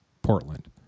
Portland